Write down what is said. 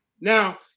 Now